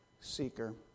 seeker